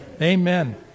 Amen